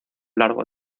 largo